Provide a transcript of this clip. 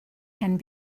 can